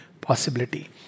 possibility